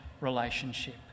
relationship